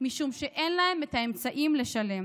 משום שאין להם את האמצעים לשלם.